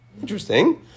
interesting